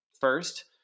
first